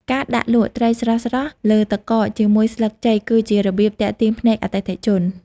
ការដាក់លក់ ត្រីស្រស់ៗលើទឹកកកជាមួយស្លឹកចេកគឺជារបៀបទាក់ទាញភ្នែកអតិថិជន។